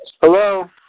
Hello